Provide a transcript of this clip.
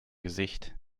gesicht